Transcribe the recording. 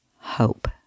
hope